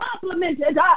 complimented